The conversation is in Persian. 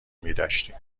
میداشتیم